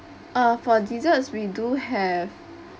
ah for desserts we do have